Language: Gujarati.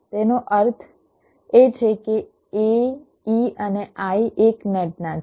જેનો અર્થ એ છે કે a e અને i એક નેટના છે